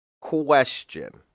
question